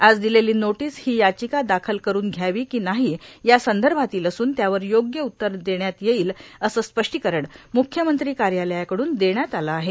आज दिलेली नोटीस ही याचिका दाखल करून घ्यावी कि नाही या संदर्भातील असून त्यावर योग्य उत्तर देण्यात येईल असे स्पष्टीकरण म्ख्यमंत्री कार्यालयाकडून देण्यात आले आहे